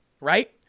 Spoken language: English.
right